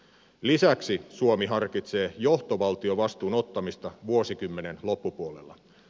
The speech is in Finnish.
lisäksi suomi harkitsee johtovaltiovastuun ottamista vuosikymmenen loppupuolella